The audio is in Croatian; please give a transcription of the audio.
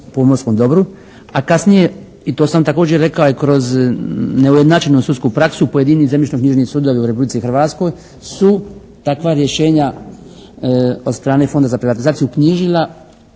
pomorskom dobru, a kasnije i to sam također rekao i kroz neujednačenu sudsku praksu pojedini zemljišno-knjižni sudovi u Republici Hrvatskoj su takva rješenja od strane Fonda za privatizaciju knjižila